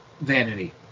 vanity